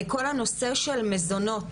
כל הנושא של מזונות,